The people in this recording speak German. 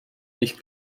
nicht